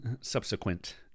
subsequent